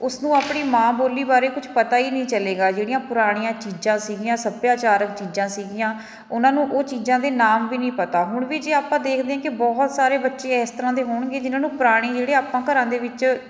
ਉਸਨੂੰ ਆਪਣੀ ਮਾਂ ਬੋਲੀ ਬਾਰੇ ਕੁਝ ਪਤਾ ਹੀ ਨਹੀਂ ਚੱਲੇਗਾ ਜਿਹੜੀਆਂ ਪੁਰਾਣੀਆਂ ਚੀਜ਼ਾਂ ਸੀਗੀਆਂ ਸੱਭਿਆਚਾਰਕ ਚੀਜ਼ਾਂ ਸੀਗੀਆਂ ਉਹਨਾਂ ਨੂੰ ਉਹ ਚੀਜ਼ਾਂ ਦੇ ਨਾਮ ਵੀ ਨਹੀਂ ਪਤਾ ਹੁਣ ਵੀ ਜੇ ਆਪਾਂ ਦੇਖਦੇ ਹਾਂ ਕਿ ਬਹੁਤ ਸਾਰੇ ਬੱਚੇ ਇਸ ਤਰ੍ਹਾਂ ਦੇ ਹੋਣਗੇ ਜਿਨਾਂ ਨੂੰ ਪੁਰਾਣੇ ਜਿਹੜੇ ਆਪਾਂ ਘਰਾਂ ਦੇ ਵਿੱਚ